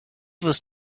was